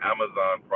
Amazon